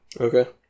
Okay